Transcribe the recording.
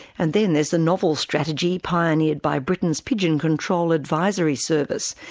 and then there's the novel strategy pioneered by britain's pigeon control advisory service,